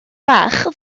fach